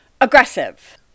aggressive